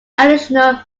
additional